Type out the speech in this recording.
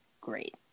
great